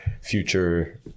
future